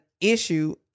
issue